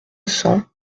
cents